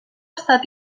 estat